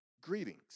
greetings